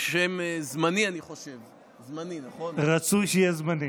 שם זמני, אני חושב, זמני, נכון, רצוי שיהיה זמני.